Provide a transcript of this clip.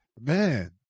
Man